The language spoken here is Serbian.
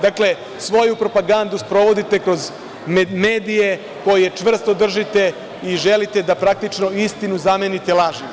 Dakle, svoju propagandu sprovodite kroz medije koje čvrsto držite i želite da praktično istinu zamenite lažima.